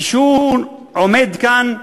כשהוא עומד כאן,